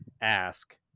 ask